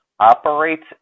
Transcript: operates